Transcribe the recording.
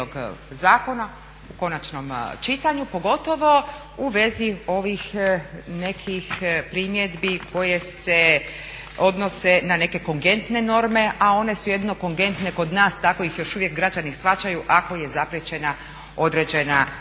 u konačnom čitanju pogotovo u vezi ovih nekih primjedbi koje se odnose na neke kongentne norme, a one su jedino kongentne kod nas, tako ih još uvijek građani shvaćaju ako je zapriječena određena kazna